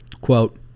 Quote